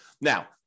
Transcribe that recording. Now